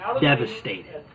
devastated